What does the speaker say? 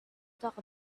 talk